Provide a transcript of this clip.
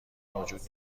موجود